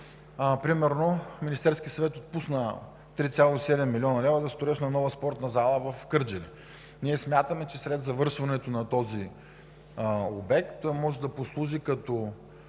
примерно Министерският съвет отпусна 3,7 млн. лв. за строеж на нова спортна зала в Кърджали. Смятаме, че след завършването този обект може да послужи като